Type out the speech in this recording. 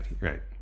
right